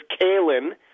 Kalen